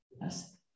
Yes